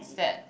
sad